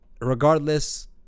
regardless